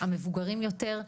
המבוגרים יותר,